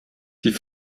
die